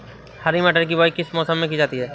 हरी मटर की बुवाई किस मौसम में की जाती है?